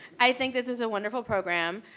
i think this is a wonderful program.